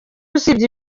usibye